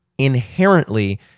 inherently